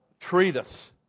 treatise